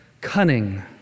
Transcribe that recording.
cunning